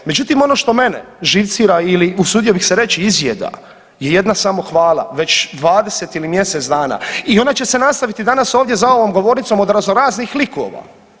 Međutim ono što mene živcira ili usudio bih se reći izjeda je jedna samohvala, već 20 ili mjesec dana i ona će se nastaviti danas ovdje za ovom govornicom od raznoraznih likova.